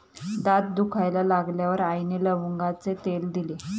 दात दुखायला लागल्यावर आईने लवंगाचे तेल दिले